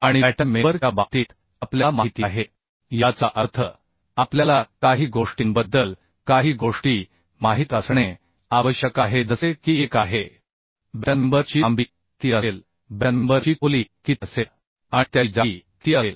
आणि batten member च्या बाबतीत आपल्याला माहिती आहे याचा अर्थ आपल्याला काही गोष्टींबद्दल काही गोष्टी माहित असणे आवश्यक आहे जसे की एक आहे बॅटन मेंबर ची लांबी किती असेल बॅटन मेंबर ची खोली किती असेल आणि त्याची जाडी किती असेल